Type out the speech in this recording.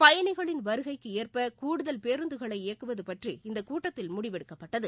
பயணிகளின் வருகைக்குஏற்பகூடுதல் பேருந்துகளை இயக்குவதுபற்றி இந்தக் கூட்டத்தில் முடிவெடுக்கப்பட்டது